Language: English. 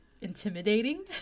intimidating